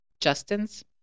Justin's